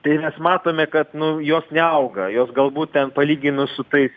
tai mes matome kad nu jos neauga jos galbūt ten palyginus su tais